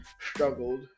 struggled